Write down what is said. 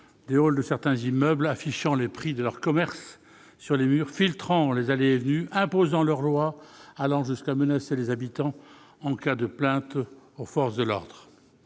des halls de certains immeubles, affichant les prix de leur commerce sur les murs, filtrant les allées et venues, imposant leurs lois et allant jusqu'à menacer les habitants en cas de plaintes aux forces de l'ordre.